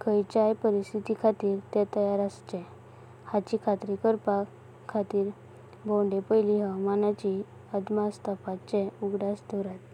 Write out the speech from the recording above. खायचायय परिस्थितिखातीर ते तयार अशेंम हांची खात्री करपाक खातिर भावंदे पयली हावामानाचो अदमास तापासाचो उगादस दोवरता।